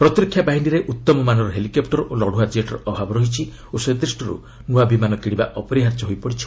ପ୍ରତିରକ୍ଷା ବାହିନୀରେ ଉତ୍ତମମାନର ହେଲିକପୁର ଓ ଲଢୁଆ ଜେଟ୍ର ଅଭାବ ରହିଛି ଓ ସେ ଦୃଷ୍ଟିରୁ ନୂଆ ବିମାନ କିଣିବା ଅପରିହାର୍ଯ୍ୟ ହୋଇପଡ଼ିଛି